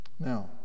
Now